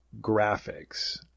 graphics